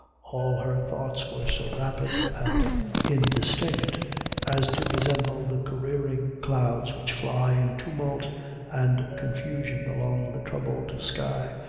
all her thoughts were so rapid and indistinct as to resemble the careering clouds which fly in tumult and confusion along the troubled sky,